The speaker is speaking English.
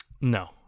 No